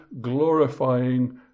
glorifying